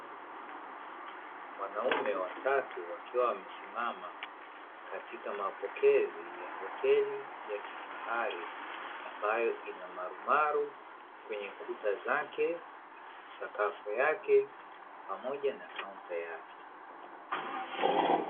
Wanaume watatu wakiwa wamesimama katika mapokezi ya hoteli ya kifahari ambayo ina marumaru kwenye kuta zake, sakafu yake pamoja na kaunta yake.